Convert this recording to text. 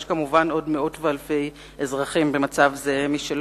יש כמובן עוד מאות ואלפי אזרחים במצב זהה לשלו.